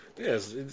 Yes